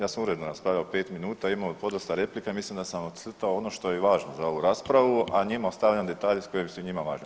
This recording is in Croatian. Ja sam uredno raspravljao 5 minuta i imao podosta replika i mislim da sam vam ocrtao ono što je i važno za ovu raspravu, a njima ostavljam detalje koji su njima važni.